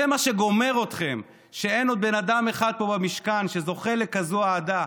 זה מה שגומר אתכם: שאין עוד בן אדם אחד פה במשכן שזוכה לכזאת אהדה,